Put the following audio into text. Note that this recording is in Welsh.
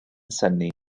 synnu